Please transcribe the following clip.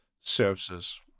services